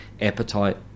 appetite